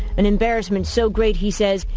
an embarrassment so great, he says,